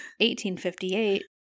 1858